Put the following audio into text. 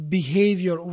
behavior